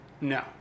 No